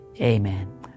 amen